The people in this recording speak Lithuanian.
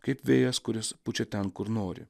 kaip vėjas kuris pučia ten kur nori